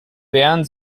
beeren